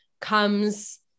comes